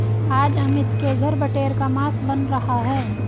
आज अमित के घर बटेर का मांस बन रहा है